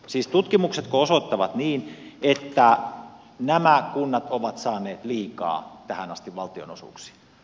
siis tutkimuksetko osoittavat niin että nämä kunnat ovat saaneet liikaa tähän asti valtionosuuksia